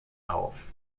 auf